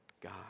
God